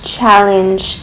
challenge